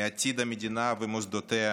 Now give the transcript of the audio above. מעתיד המדינה ומוסדותיה,